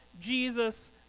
Jesus